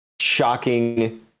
shocking